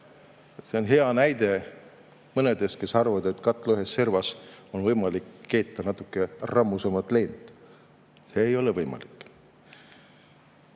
See on hea näide nende kohta, kes arvavad, et katla ühes servas on võimalik keeta natuke rammusamat leent. Ei ole võimalik.